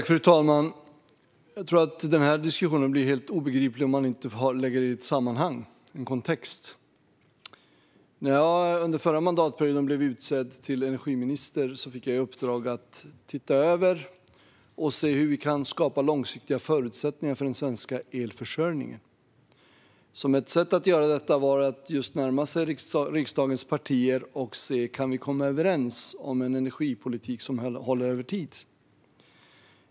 Fru talman! Denna diskussion blir helt obegriplig om man inte sätter in den i ett sammanhang, i en kontext. När jag under förra mandatperioden blev utsedd till energiminister fick jag i uppdrag att titta på hur vi kan skapa långsiktiga förutsättningar för den svenska elförsörjningen. Ett sätt att göra detta var att närma sig riksdagens partier för att se om vi kunde komma överens om energipolitik som håller över tid.